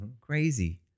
crazy